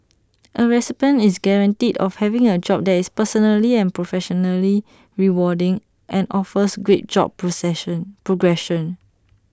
A recipient is guaranteed of having A job that is personally and professionally rewarding and offers great job precision progression